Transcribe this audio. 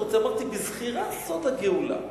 אני אמרתי: בזכירה סוד הגאולה.